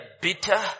bitter